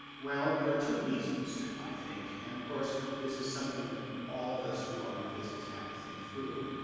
well, there are two reasons, i think. and of course, this is something that all of us who are in physics have to think through,